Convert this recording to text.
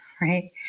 right